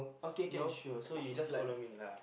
okay can sure so you just follow me lah